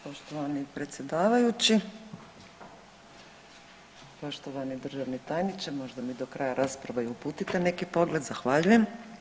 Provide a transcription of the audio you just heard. Poštovani predsjedavajući, poštovani državni tajniče možda mi do kraja rasprave i uputite neki pogled, zahvaljujem.